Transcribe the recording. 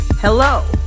Hello